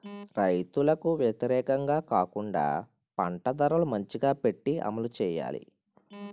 రైతులకు వ్యతిరేకంగా కాకుండా పంట ధరలు మంచిగా పెట్టి అమలు చేయాలి